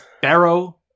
Barrow